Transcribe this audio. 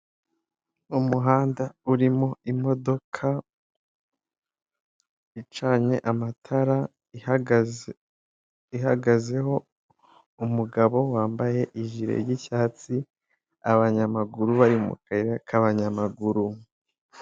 Umuhanda urimo imodoka icanye amatara ihagazeho umugabo wambaye ijire y'icyatsi, abanyamaguru bari mu kayira k'abanyamaguru.